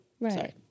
Right